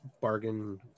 bargain